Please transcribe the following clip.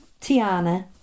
Tiana